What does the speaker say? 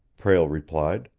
prale replied.